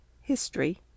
History